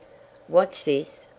what's this?